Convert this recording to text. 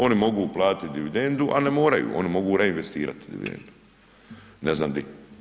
Oni mogu uplatiti dividendu, al ne moraju, oni mogu reinvestirati dividendu, ne znam di.